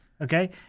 Okay